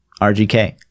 rgk